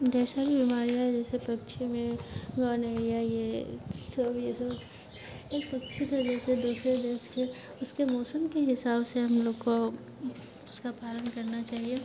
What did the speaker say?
ढेर सारी बीमारियाँ जैसे पक्षियों में गौरैया ये सब ये सब एक पक्षी का जैसे दूसरे देश के उसके मौसम के हिसाब से हम लोग को उसका पालन करना चाहिए